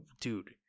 dude